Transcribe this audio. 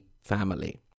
family